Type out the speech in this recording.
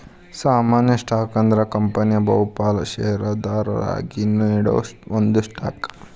ಸಾಮಾನ್ಯ ಸ್ಟಾಕ್ ಅಂದ್ರ ಕಂಪನಿಯ ಬಹುಪಾಲ ಷೇರದಾರರಿಗಿ ನೇಡೋ ಒಂದ ಸ್ಟಾಕ್